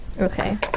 Okay